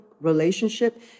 relationship